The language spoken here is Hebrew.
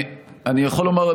אני יכול לומר,